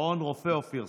שרון רופא אופיר,